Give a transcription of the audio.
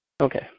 Okay